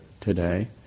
today